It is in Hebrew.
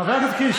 חבר הכנסת קיש,